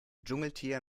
dschungeltier